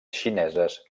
xineses